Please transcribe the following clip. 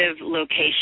location